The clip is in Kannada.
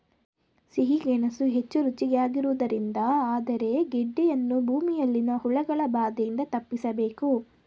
ಸಿಹಿ ಗೆಣಸು ಹೆಚ್ಚು ರುಚಿಯಾಗಿರುವುದರಿಂದ ಆದರೆ ಗೆಡ್ಡೆಯನ್ನು ಭೂಮಿಯಲ್ಲಿನ ಹುಳಗಳ ಬಾಧೆಯಿಂದ ತಪ್ಪಿಸಬೇಕು